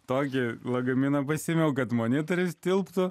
tokį lagaminą pasiėmiau kad monitorius tilptų